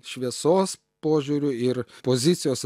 šviesos požiūriu ir pozicijos